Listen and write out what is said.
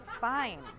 fine